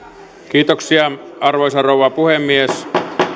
kiitoksia arvoisa rouva puhemies